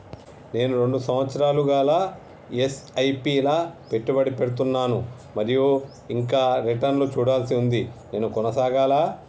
నేను రెండు సంవత్సరాలుగా ల ఎస్.ఐ.పి లా పెట్టుబడి పెడుతున్నాను మరియు ఇంకా రిటర్న్ లు చూడాల్సి ఉంది నేను కొనసాగాలా?